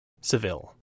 Seville